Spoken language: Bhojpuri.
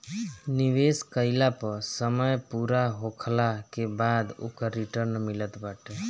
निवेश कईला पअ समय पूरा होखला के बाद ओकर रिटर्न मिलत बाटे